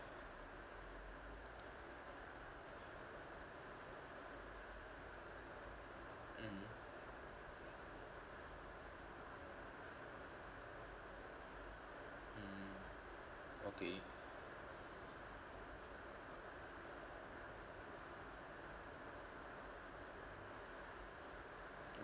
mmhmm mm okay